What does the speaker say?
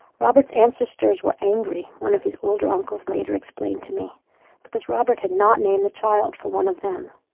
robert's ancestors were angry, one of his older uncles later explained to me because robert had not named the child for one of them.